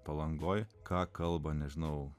palangoje ką kalba nežinau